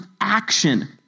action